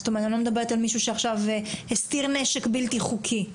זאת אומרת אני לא מדברת על מישהו שעכשיו הסתיר נשק בלתי חוקי.